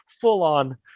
full-on